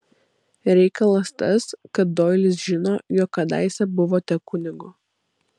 reikalas tas kad doilis žino jog kadaise buvote kunigu